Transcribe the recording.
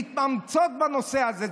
מתאמצות בנושא הזה.